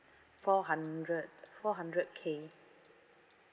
four hundred four hundred K